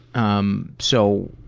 um, so,